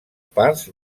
parts